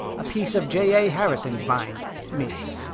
a piece of j. a. harrison's mind, miss.